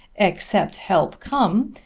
except help come,